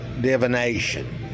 divination